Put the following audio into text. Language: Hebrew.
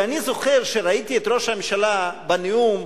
כי אני זוכר שראיתי את ראש הממשלה בנאום